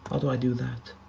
how do i do that?